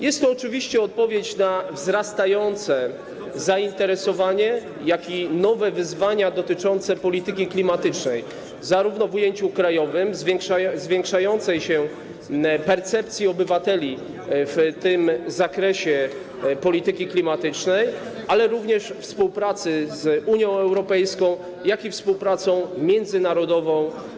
Jest to oczywiście odpowiedź na wzrastające zainteresowanie i nowe wyzwania dotyczące polityki klimatycznej - zarówno w ujęciu krajowym, zwiększającej się percepcji obywateli w zakresie polityki klimatycznej, ale również w zakresie współpracy z Unią Europejską, jak i współpracy międzynarodowej.